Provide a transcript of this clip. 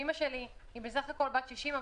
אימא שלי בסך הכול בת 60,